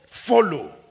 Follow